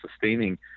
sustaining